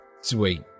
Sweet